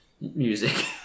music